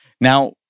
Now